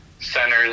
centers